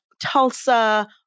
Tulsa